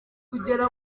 kugera